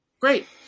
great